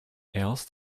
else